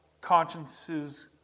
consciences